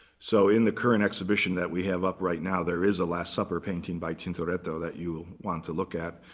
so in the current exhibition that we have up right now, there is a last supper painting by tintoretto that you want to look at.